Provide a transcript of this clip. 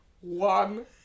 one